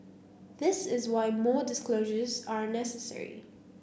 this is why more disclosures are necessary